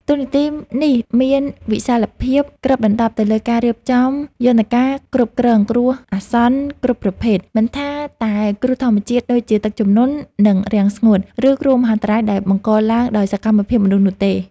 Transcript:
តួនាទីនេះមានវិសាលភាពគ្របដណ្ដប់ទៅលើការរៀបចំយន្តការគ្រប់គ្រងគ្រោះអាសន្នគ្រប់ប្រភេទ មិនថាតែគ្រោះធម្មជាតិដូចជាទឹកជំនន់ និងរាំងស្ងួត ឬគ្រោះមហន្តរាយដែលបង្កឡើងដោយសកម្មភាពមនុស្សនោះទេ។